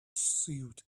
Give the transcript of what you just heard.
sewed